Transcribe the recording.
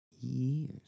years